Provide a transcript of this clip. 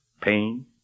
pain